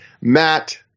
Matt